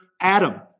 Adam